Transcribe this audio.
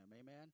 Amen